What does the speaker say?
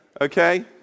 okay